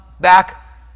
back